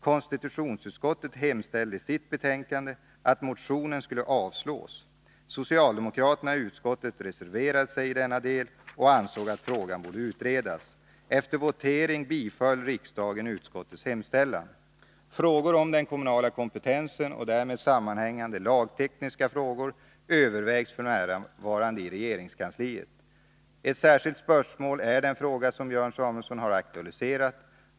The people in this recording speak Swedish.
Konstitutionsutskottet hemställde i sitt betänkande att motionen skulle avslås. Socialdemokraterna i utskottet reserverade sig i denna del och ansåg att frågan borde utredas. Efter votering biföll riksdagen utskottets hemställan. Frågor om den kommunala kompetensen och därmed sammanhängande lagtekniska frågor övervägs f. n. i regeringskansliet. Ett särskilt spörsmål är den fråga som Björn Samuelson har aktualiserat.